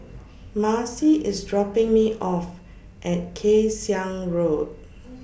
Marcy IS dropping Me off At Kay Siang Road